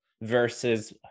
versus